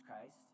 Christ